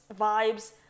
vibes